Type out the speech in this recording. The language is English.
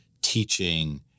teaching